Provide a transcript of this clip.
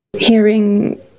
hearing